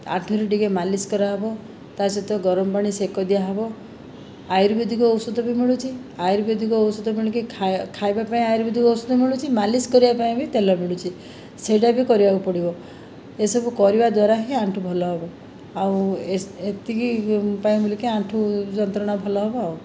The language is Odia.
ଆଣ୍ଠୁରେ ଟିକେ ମାଲିସ କରା ହେବ ତା ସହିତ ଗରମ ପାଣି ସେକ ଦିଆ ହେବ ଆୟୁର୍ବେଦିକ ଔଷଧ ବି ମିଳୁଛି ଆୟୁର୍ବେଦିକ ଔଷଧ ମିଳିକି ଖାଇବା ପାଇଁ ଆୟୁର୍ବେଦିକ ଔଷଧ ମିଳୁଛି ମାଲିସ କରିବା ପାଇଁ ବି ତେଲ ମିଳୁଛି ସେଇଟା ବି କରିବାକୁ ପଡ଼ିବ ଏସବୁ କରିବା ଦ୍ଵାରା ହିଁ ଆଣ୍ଠୁ ଭଲ ହେବ ଆଉ ଏତିକି ଉପାୟ ବୋଲିକି ଆଣ୍ଠୁ ଯନ୍ତ୍ରଣା ଭଲ ହେବ